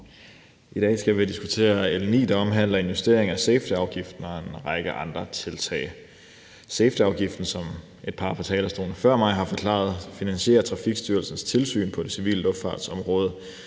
I dag skal vi diskutere L 9, der omhandler investering af safetyafgiften og en række andre tiltag. Safetyafgiften, som et par på talerstolen før mig har forklaret, finansierer Trafikstyrelsens tilsyn på civil luftfart-området.